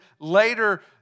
later